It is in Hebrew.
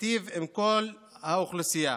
ייטיבו עם כל האוכלוסייה,